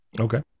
Okay